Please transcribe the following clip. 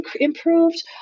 improved